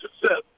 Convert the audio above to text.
success